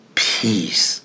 peace